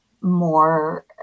more